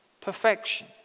perfection